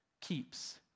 keeps